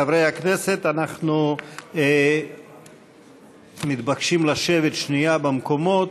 חברי הכנסת, אנחנו מתבקשים לשבת שנייה במקומות.